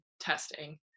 testing